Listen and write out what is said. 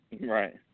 Right